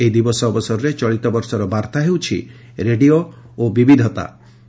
ଏହି ଦିବସ ଅବସରରେ ଚଳିତବର୍ଷର ବାର୍ତ୍ତା ହେଉଛି 'ରେଡିଓ ଓ ବିବିଧତା'